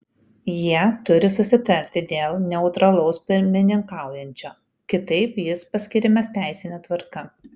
jie turi susitarti dėl neutralaus pirmininkaujančio kitaip jis paskiriamas teisine tvarka